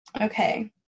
Okay